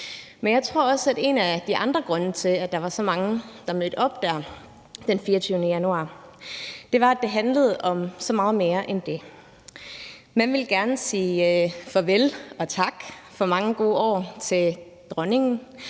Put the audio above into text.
Men jeg tror også, at en af de andre grunde til, at der var så mange, der mødte op den 14. januar, var, at det handlede om så meget mere end det. Man ville gerne sige »farvel« og »tak for mange gode år« til dronning